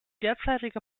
derzeitige